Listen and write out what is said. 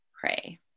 pray